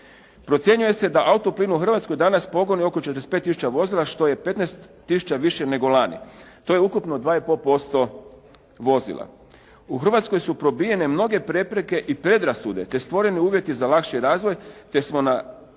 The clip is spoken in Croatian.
Procjenjuje se da auto plin u Hrvatskoj danas pogonuje oko 45000 vozila što je 15000 više nego lani. To je ukupno 2 i pol posto vozila. U Hrvatskoj su probijene mnoge prepreke i predrasude, te stvoreni uvjeti za lakši razvoj, te smo po